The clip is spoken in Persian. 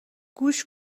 گوش